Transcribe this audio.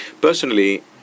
Personally